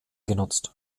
genutzt